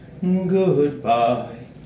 Goodbye